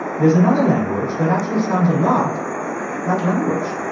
there's another language that actually sounds a lot like language